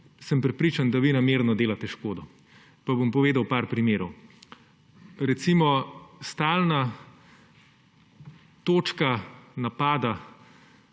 sem prepričan, da vi namerno delate škodo. Pa bom povedal nekaj primerov. Recimo stalna točka napadov